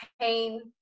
pain